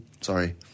Sorry